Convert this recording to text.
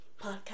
podcast